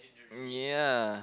mm ya